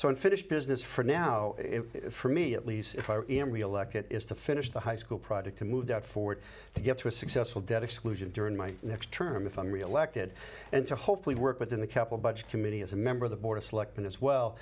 so unfinished business for now for me at least if i am reelected is to finish the high school project to move that forward to get to a successful debt exclusions during my next term if i'm reelected and to hopefully work within the capital budget committee as a member of the board of selectmen as well